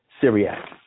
Syriac